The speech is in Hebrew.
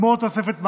כמו תוספת מעלית.